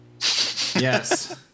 Yes